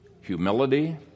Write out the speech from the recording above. humility